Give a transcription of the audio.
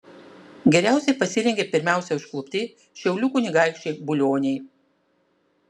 geriausiai pasirengė pirmiausia užklupti šiaulių kunigaikščiai bulioniai